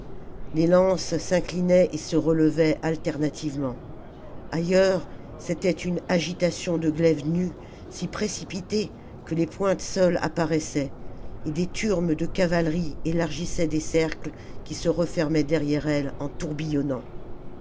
les lances s'inclinaient et se relevaient alternativement ailleurs c'était une agitation de glaives nus si précipitée que les pointes seules apparaissaient et des turmes de cavalerie élargissaient des cercles qui se refermaient derrière elles en